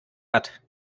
hat